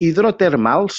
hidrotermals